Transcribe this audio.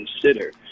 consider